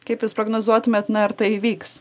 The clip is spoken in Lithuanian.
kaip jūs prognozuotumėt ar tai įvyks